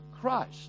christ